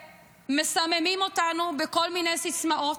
ומסממים אותנו בכל מיני סיסמאות.